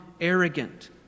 arrogant